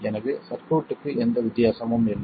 எனவே சர்க்யூட்க்கு எந்த வித்தியாசமும் இல்லை